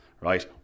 right